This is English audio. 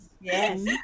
Yes